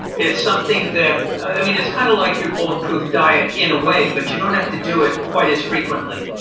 it's something that, i mean, it's kind of like your bulletproof diet in a way, but you don't have to do it quite as frequently.